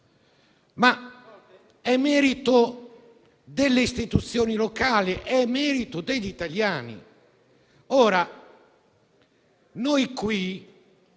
È merito delle istituzioni locali ed è merito degli italiani.